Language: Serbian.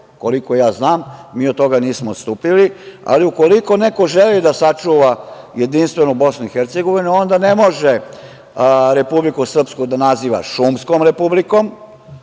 koliko ja znam, mi od toga nismo odstupili, ali ukoliko neko želi da sačuva jedinstvenu BiH, onda ne može Republiku Srpsku da naziva šumskom republikom,